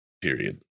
period